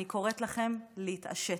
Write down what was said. אני קוראת לכם להתעשת.